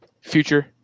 Future